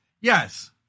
Yes